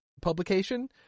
publication